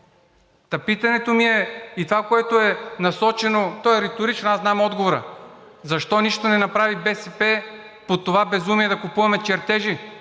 Та питането ми е и това, което е насочено, то е риторично, аз знам отговора – защо нищо не направи БСП по това безумие да купуваме чертежи?